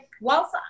whilst